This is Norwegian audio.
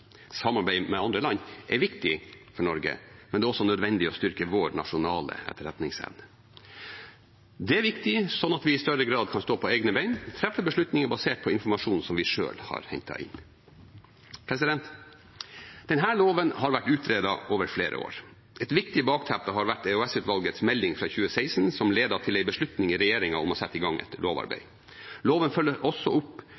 Samarbeid med andre land er viktig for Norge, men det er også nødvendig å styrke vår nasjonale etterretningsevne. Det er viktig, sånn at vi i større grad kan stå på egne ben og treffe beslutninger basert på informasjon vi selv har hentet inn. Denne loven har vært utredet over flere år. Et viktig bakteppe har vært EOS-utvalgets melding fra 2016, som ledet til en beslutning i regjeringen om å sette i gang et lovarbeid. Loven følger også opp